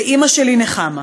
ואימא שלי, נחמה,